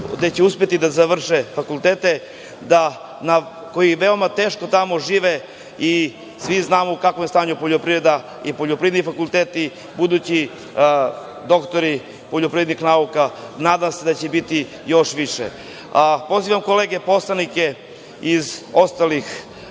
gde će uspeti da završe fakultete, koji veoma teško tamo žive i svi znamo u kakvom je stanju poljoprivreda i poljoprivredni fakulteti, budući doktori poljoprivrednih nauka, nadam se da će ih biti još više. Pozivam kolege poslanike iz ostalih